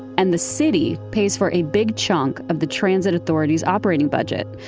and the city pays for a big chunk of the transit authority's operating budget.